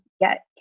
get